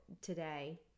today